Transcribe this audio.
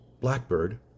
Blackbird